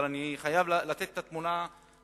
אבל אני חייב לתת את התמונה השלמה.